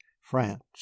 france